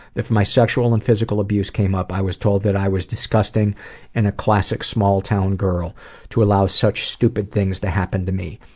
if my sexual and physical abuse came up, i was told that i was disgusting and classic small-town girl to allow such stupid things to happen to me.